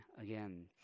again